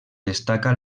destaca